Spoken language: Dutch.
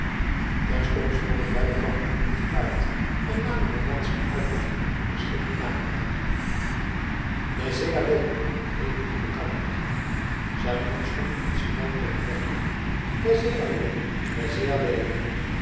terstond sprongen beide kampioenen te paard en namen hun lansen uit de handen hunner schildknapen aan laissez aller riep nu de kamprechter zijn handschoen in het strijdperk werpende